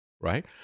right